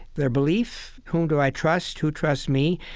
their belief whom do i trust, who trusts me?